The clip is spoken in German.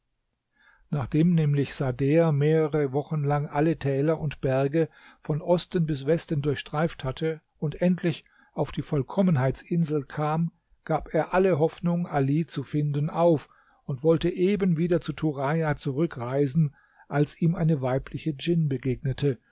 nachdem nämlich sader mehrere wochen lang alle täler und berge von osten bis westen durchstreift hatte und endlich auf die vollkommenheitsinsel kam gab er alle hoffnung ali zu finden auf und wollte eben wieder zu turaja zurückreisen als ihm eine weibliche djinn begegnete